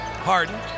Harden